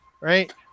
Right